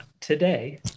today